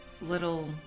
little